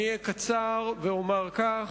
אני אהיה קצר ואומר כך: